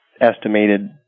estimated